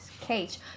cage